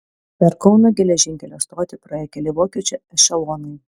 per kauno geležinkelio stotį praėjo keli vokiečių ešelonai